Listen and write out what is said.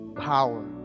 power